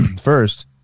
first